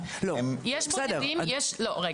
גם הצעת חוק שאנחנו הולדנו פה בוועדה